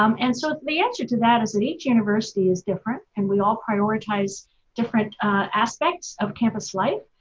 um and so the answer to that is that each university is different and we all prioritize different aspects of campus life.